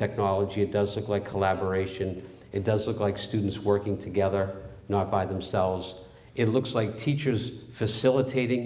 technology it doesn't like collaboration it does look like students working together not by themselves it looks like teachers facilitating